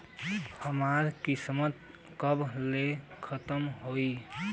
हमार किस्त कब ले खतम होई?